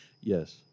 Yes